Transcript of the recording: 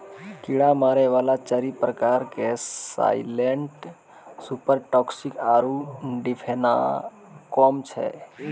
कीड़ा मारै वाला चारि प्रकार के साइलेंट सुपर टॉक्सिक आरु डिफेनाकौम छै